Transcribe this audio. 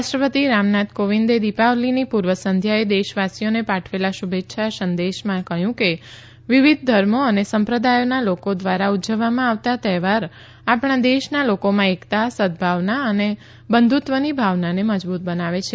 રાષ્ટ્રપતિ રામનાથ કોવિંદે દિપાવલીની પૂર્વ સંધ્યાએ દેશવાસીઓને પાઠવેલા શુભેચ્છા સંદેશમાં જણાવ્યું છે કે વિવિધ ધર્મો અને સંપ્રદાયોના લોકો દ્વારા ઉજવવામાં આવતા તહેવાર આપણા દેશના લોકોમાં એકતા સદ્વાવના અને બંધુત્વની ભાવનાને મજબૂત બનાવે છે